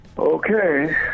Okay